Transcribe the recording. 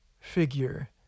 figure